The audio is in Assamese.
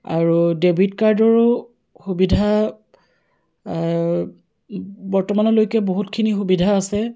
আৰু ডেবিট কাৰ্ডৰো সুবিধা বৰ্তমানলৈকে বহুতখিনি সুবিধা আছে